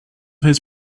his